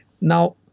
Now